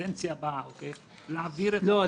בקדנציה הבאה להעביר את החוק --- לא,